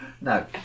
No